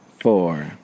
four